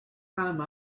time